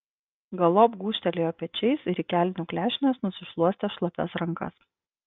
galop gūžtelėjo pečiais ir į kelnių klešnes nusišluostė šlapias rankas